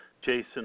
Jason